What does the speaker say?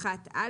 55א1א(א);";"